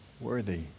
worthy